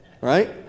Right